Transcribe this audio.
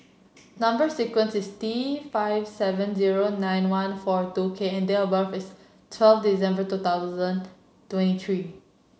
number sequence is T five seven zero nine one four two K and date of birth is twelve December two thousand two and three